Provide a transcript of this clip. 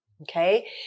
Okay